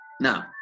Now